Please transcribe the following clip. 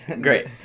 great